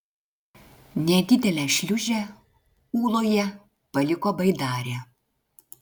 nedidelę šliūžę ūloje paliko baidarė